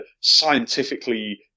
scientifically